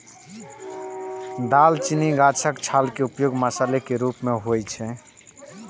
दालचीनी गाछक छाल के उपयोग मसाला के रूप मे होइ छै